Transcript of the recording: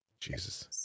Jesus